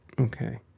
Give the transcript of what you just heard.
Okay